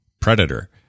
predator